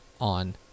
on